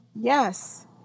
yes